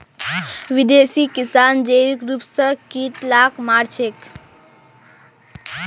विदेशी किसान जैविक रूप स कीट लाक मार छेक